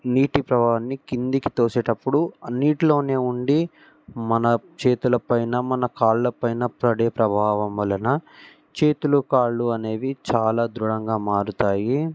నీటి ప్రవాహాన్ని కిందికి తోసేటప్పుడు ఆ నీటిలోనే ఉండి మన చేతుల పైన మన కాళ్ల పైన పడే ప్రభావం వలన చేతులు కాళ్లు అనేవి చాలా దృఢంగా మారుతాయి